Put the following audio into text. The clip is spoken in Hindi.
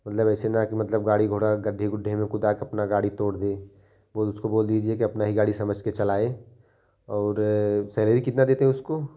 मतलब वैसे ना कि मतलब गाड़ी घोड़ा गड्ढे गुड्ढे में कूदा के अपना गाड़ी तोड़ दे और उसको बोल दीजिए कि अपना ही गाड़ी समझकर चलाए और सैलरी कितना देते उसको